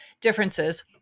Differences